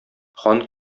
хан